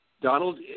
Donald –